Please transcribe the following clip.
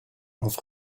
auf